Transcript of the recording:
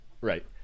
Right